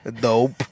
Dope